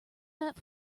that